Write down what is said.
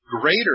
greater